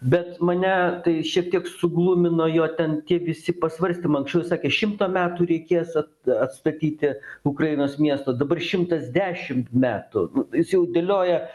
bet mane tai šiek tiek suglumino jo ten tie visi pasvarstyma anksčiau sakė šimto metų reikės at atstatyti ukrainos miesto dabar šimtas dešimt metų nu jis jau dėlioja